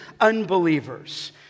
unbelievers